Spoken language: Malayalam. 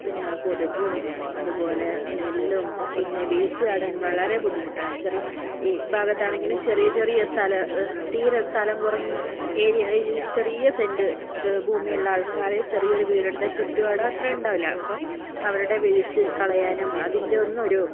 പിന്നെ കൊതുകും അതുപോലെ സ്മെല്ലും പിന്നെ വേസ്റ്റ് ചാടാൻ വളരെ ബുദ്ധിമുട്ടാണ് ഭാഗത്താണെങ്കിലും ചെറിയ ചെറിയ സ്ഥലം തീരെ സ്ഥലം കുറഞ്ഞ ഏരിയ ഈ ചെറിയ സെന്റ് ഭൂമിയുള്ള ആൾക്കാര് ചെറിയൊരു വീടെടുത്ത ചുറ്റുപാട് അത്ര ഉണ്ടാവില്ല അപ്പോൾ അവരുടെ വേസ്റ്റ് കളയാനും അതിന്റെ ഒന്നും ഒരു